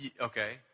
Okay